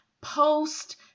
post-